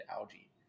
algae